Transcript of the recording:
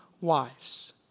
wives